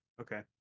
Okay